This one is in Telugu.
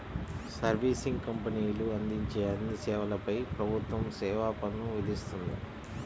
సర్వీసింగ్ కంపెనీలు అందించే అన్ని సేవలపై ప్రభుత్వం సేవా పన్ను విధిస్తుంది